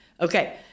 Okay